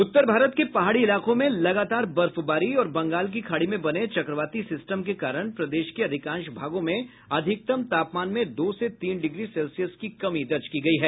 उत्तर भारत के पहाड़ी इलाकों में लगातार बर्फबारी और बंगाल की खाड़ी में बने चक्रवाती सिस्टम के कारण प्रदेश के अधिकांश भागों में अधिकतम तापमान में दो से तीन डिग्री सेल्सियस की कमी दर्ज की गयी है